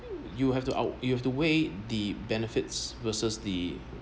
you have to out you have to weigh the benefits versus the